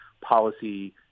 policy